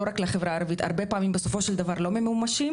לא רק לחברה הערבית הרבה פעמים בסופו של דבר לא ממומשים.